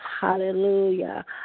Hallelujah